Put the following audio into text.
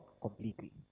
completely